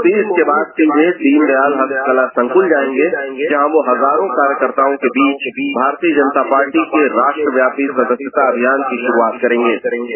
मोदी इसके बाद सीधे दीनदयाल हस्तकला संक्ल जायेगे जहां वह हजारों कार्यकर्ताओं के बीच भारतीय जनता पार्टी के राष्ट्रव्यापी सदस्यता अनियान की शुरुआत करेंगे